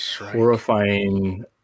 horrifying